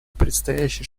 предстоящей